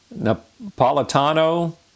Napolitano